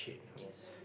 it's